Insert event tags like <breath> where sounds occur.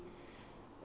<breath>